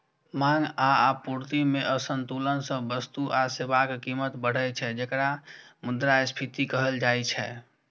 मांग आ आपूर्ति मे असंतुलन सं वस्तु आ सेवाक कीमत बढ़ै छै, जेकरा मुद्रास्फीति कहल जाइ छै